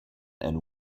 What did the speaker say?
and